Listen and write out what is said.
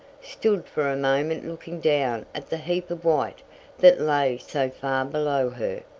stood for a moment looking down at the heap of white that lay so far below her.